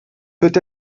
peut